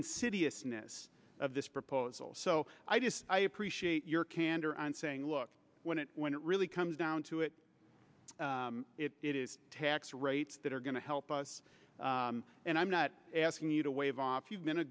insidiousness of this proposal so i just i appreciate your candor on saying look when it when it really comes down to it it is tax rates that are going to help us and i'm not asking you to waive off you've been a